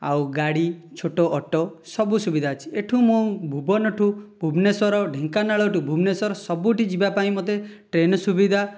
ଆଉ ଗାଡ଼ି ଛୋଟ ଅଟୋ ସବୁ ସୁବିଧା ଅଛି ଏଇଠୁ ମୁଁ ଭୁବନ ଠାରୁ ଭୁବନେଶ୍ୱର ଢେଙ୍କାନାଳ ଠାରୁ ଭୁବନେଶ୍ୱର ସବୁଠି ଯିବାପାଇଁ ମୋତେ ଟ୍ରେନ ସୁବିଧା